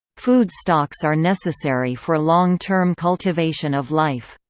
food stocks are necessary for long term cultivation of life.